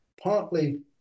partly